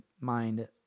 mind